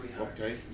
Okay